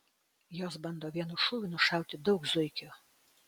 jos bando vienu šūviu nušauti daug zuikių